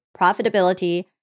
profitability